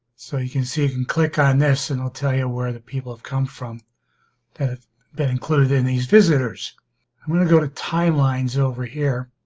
so you can see you can click on this and it'll tell you where the people have come from that have been included in these visitors i'm going to go to timelines over here